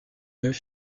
deux